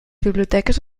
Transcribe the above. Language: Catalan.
biblioteques